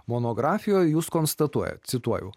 monografijoj jūs konstatuojat cituoju